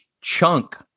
chunk